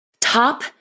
top